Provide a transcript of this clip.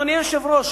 אדוני היושב-ראש,